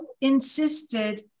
insisted